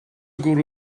gwrw